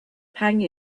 pang